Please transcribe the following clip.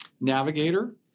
Navigator